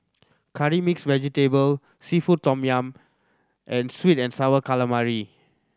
Curry Mixed Vegetable seafood tom yum and sweet and Sour Calamari